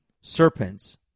Serpents